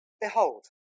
Behold